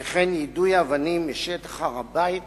וכן יידוי אבנים משטח הר-הבית